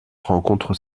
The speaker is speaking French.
rencontre